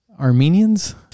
Armenians